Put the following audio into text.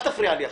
תפריע לי עכשיו.